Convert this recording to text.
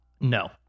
no